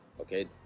Okay